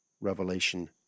Revelation